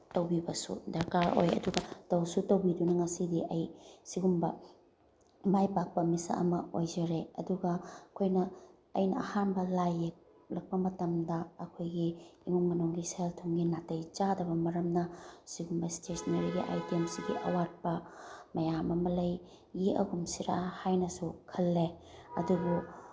ꯇꯧꯕꯤꯕꯁꯨ ꯗꯔꯀꯥꯔ ꯑꯣꯏ ꯑꯗꯨꯒ ꯇꯧꯁꯨ ꯇꯧꯕꯤꯗꯨꯅ ꯉꯁꯤꯗꯤ ꯑꯩ ꯁꯤꯒꯨꯝꯕ ꯃꯥꯏ ꯄꯥꯛꯄ ꯃꯤꯁꯛ ꯑꯃ ꯑꯣꯏꯖꯔꯦ ꯑꯗꯨꯒ ꯑꯩꯈꯣꯏꯅ ꯑꯩꯅ ꯑꯍꯥꯟꯕ ꯂꯥꯏ ꯌꯦꯛꯂꯛꯄ ꯃꯇꯝꯗ ꯑꯩꯈꯣꯏꯒꯤ ꯏꯃꯨꯡ ꯃꯅꯨꯡꯒꯤ ꯁꯦꯜ ꯊꯨꯝꯒꯤ ꯅꯥꯇꯩ ꯆꯥꯗꯕ ꯃꯔꯝꯅ ꯁꯤꯒꯨꯝꯕ ꯏꯁꯇꯦꯁꯤꯅꯔꯤꯒꯤ ꯑꯥꯏꯇꯦꯝꯁꯤꯒꯤ ꯑꯋꯥꯠꯄ ꯃꯌꯥꯝ ꯑꯃ ꯂꯩ ꯌꯦꯛꯑꯒꯨꯝꯁꯤꯔꯥ ꯍꯥꯏꯅꯁꯨ ꯈꯜꯂꯦ ꯑꯗꯨꯕꯨ